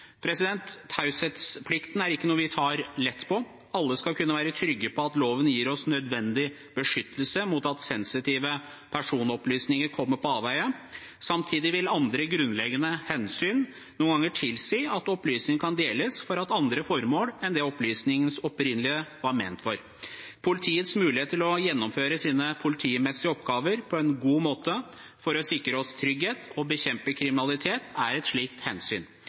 Taushetsplikten er ikke noe vi tar lett på. Alle skal kunne være trygge på at loven gir oss nødvendig beskyttelse mot at sensitive personopplysninger kommer på avveie. Samtidig vil andre grunnleggende hensyn noen ganger tilsi at opplysninger kan deles for andre formål enn det opplysningene opprinnelig var ment for. Politiets mulighet til å gjennomføre sine politimessige oppgaver på en god måte for å sikre oss trygghet og bekjempe kriminalitet, er et slikt hensyn.